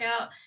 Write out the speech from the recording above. out